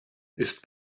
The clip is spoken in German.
ist